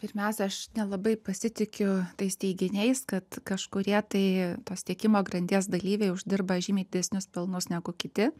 pirmiausia aš nelabai pasitikiu tais teiginiais kad kažkurie tai tos tiekimo grandies dalyviai uždirba žymiai didesnius pelnus negu kiti